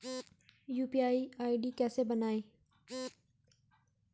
UPI ID कैसे बनायें?